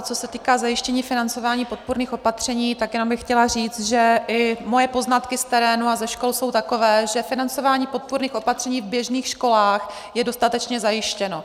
Co se týká zajištění financování podpůrných opatření, chtěla bych říct, že i moje poznatky z terénu a ze škol jsou takové, že financování podpůrných opatření v běžných školách je dostatečně zajištěno.